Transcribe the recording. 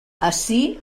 ací